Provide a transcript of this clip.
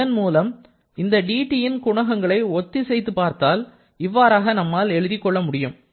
இதன் மூலம் இந்த dTன் குணகங்களை ஒத்திசைத்துப்பார்த்தால் இவ்வாறாக நம்மால் எழுதிக் கொள்ள முடியும்